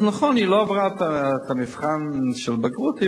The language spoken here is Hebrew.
נכון שהיא לא עברה את המבחן של הבגרות,